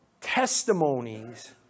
testimonies